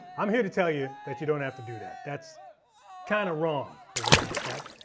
i'm here to tell you that you don't have to do that. that's kind of wrong as a matter of fact.